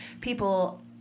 people